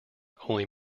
only